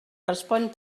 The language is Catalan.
respon